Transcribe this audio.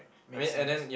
make sense